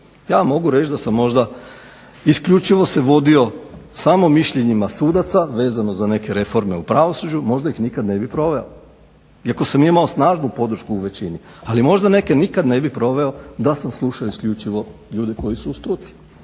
Ja mogu reći da sam možda isključivo se vodio samo mišljenjima sudaca vezano za neke reforme u pravosuđu možda ih nikad ne bi proveo, iako sam imao snažnu podršku u većini. Ali možda neke nikad ne bi proveo da sam slušao isključivo ljude koji su u struci.